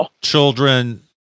children